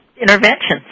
interventions